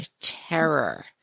terror